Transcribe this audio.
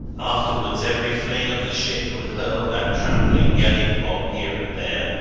afterwards every fling of the ship would hurl that tramping, yelling mob here and there,